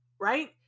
Right